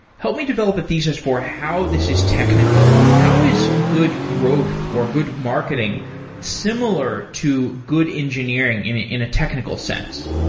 help me develop a thesis for how this is technical. how is good growth or good marketing similar to good engineering in a technical sense?